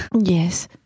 yes